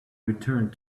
returned